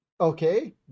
Okay